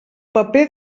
paper